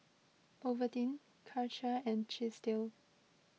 Ovaltine Karcher and Chesdale